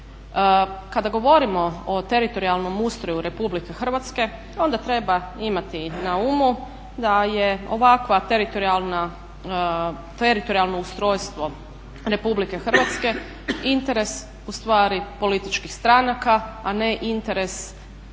Kada govorimo o teritorijalnom ustroju Republike Hrvatske onda treba imati na umu da je ovakva teritorijalno ustrojstvo Republike Hrvatske interes u stvari političkih stranaka, a ne interes hrvatskih